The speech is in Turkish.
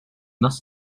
nasıl